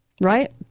right